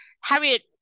Harriet